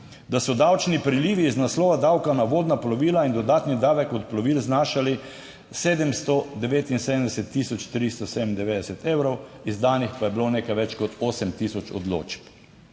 da so davčni prilivi iz naslova davka na vodna plovila in dodatni davek od plovil znašali 779 tisoč 397 evrov, izdanih pa je bilo nekaj več kot 8 tisoč odločb.